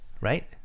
Right